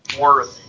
worthy